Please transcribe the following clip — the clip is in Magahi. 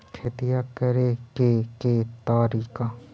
खेतिया करेके के तारिका?